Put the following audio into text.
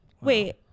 Wait